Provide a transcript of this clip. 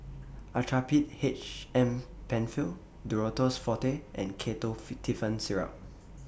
Actrapid H M PenFill Duro Tuss Forte and Ketotifen Syrup